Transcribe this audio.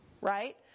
Right